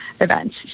events